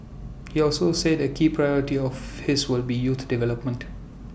he also said A key priority of his will be youth development